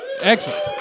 Excellent